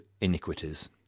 iniquities